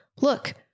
look